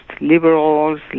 liberals